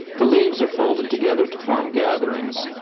the leaves are folded together to form gatherings,